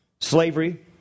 Slavery